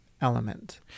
element